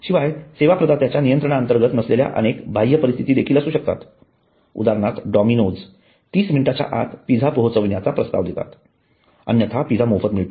शिवाय सेवा प्रदात्याच्या नियंत्रणाअंतर्गत नसलेल्या अनेक बाह्य परिस्थिती असू शकतात उदाहरणार्थ डोमिनोज 30 मिनिटांच्या आत पिझ्झा पोहचविण्याचा प्रस्ताव देतात अन्यथा पिझ्झा मोफत मिळतो